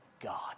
God